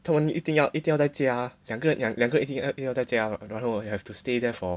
他们一定要一定要再家两个两个一定要有在家然后 have to stay there for